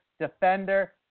defender